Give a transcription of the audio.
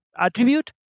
attribute